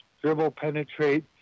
dribble-penetrate